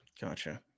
gotcha